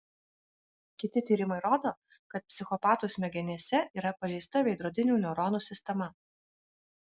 kiti tyrimai rodo kad psichopatų smegenyse yra pažeista veidrodinių neuronų sistema